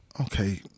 Okay